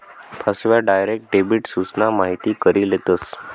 फसव्या, direct debit सूचना माहिती करी लेतस